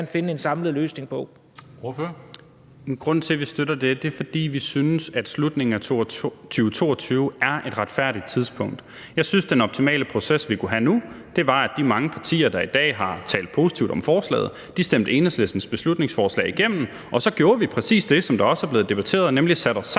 13:12 Carl Valentin (SF): Grunden til, at vi støtter det, er, at vi synes, at slutningen af 2022 er et retfærdigt tidspunkt. Jeg synes, at den optimale proces, vi kunne have nu, var, at de mange partier, der i dag har talt positivt om forslaget, stemte Enhedslistens beslutningsforslag igennem, og så gjorde vi præcis det, som også er blevet debatteret, nemlig satte os